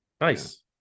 nice